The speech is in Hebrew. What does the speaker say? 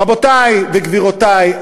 רבותי וגבירותי,